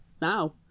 Now